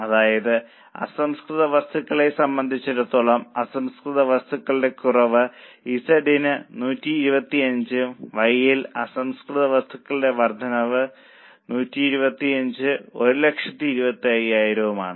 അതായത് അസംസ്കൃത വസ്തുക്കളെ സംബന്ധിച്ചിടത്തോളം അസംസ്കൃത വസ്തുക്കളുടെ കുറവ് Z ന് 125 ഉം Y യിൽ അസംസ്കൃത വസ്തുക്കളുടെ വർദ്ധനവ് 125 1 25 000 ഉം ആണ്